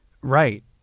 Right